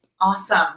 Awesome